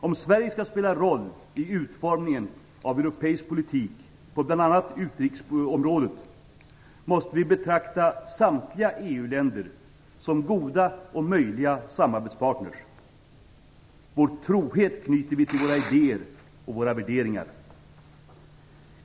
Om Sverige skall spela roll i utformningen av europeisk politik på bl.a. utrikesområdet måste vi betrakta samtliga EU-länder som goda och möjliga samarbetspartners. Vår trohet knyter vi till våra idéer och våra värderingar.